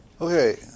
Okay